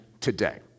today